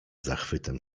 zachwytem